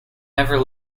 never